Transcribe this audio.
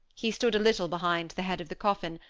he stood a little behind the head of the coffin,